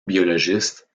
biologiste